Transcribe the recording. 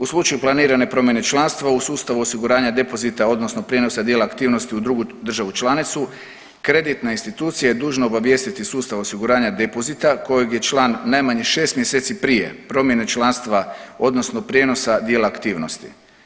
U slučaju planiranje promjene članstva u sustavu osiguranja depozita odnosno prijenosa dijela aktivnosti u drugu državu članicu kreditna institucija je dužna obavijestiti sustav osiguranja depozita kojeg je član najmanje 6 mjeseci prije promjene članstva odnosa prijenosa dijela aktivnosti.